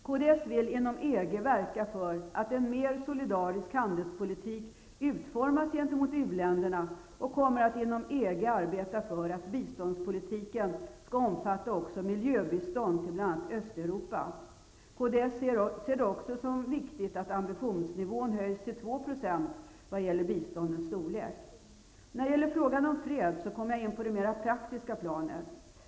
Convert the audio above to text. Kds vill inom EG verka för att en mer solidarisk handelspolitik utformas gentemot uländerna. Vi kommer att inom EG arbeta för att biståndspolitiken skall omfatta även miljöbistånd till bl.a. Östeuropa. Kds ser det också som viktigt att ambitionsnivån höjs till 2 % i vad gäller biståndens storlek. När det gäller frågan om fred kommer jag in på det mer praktiska planet.